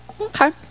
Okay